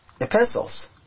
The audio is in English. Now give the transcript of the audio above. epistles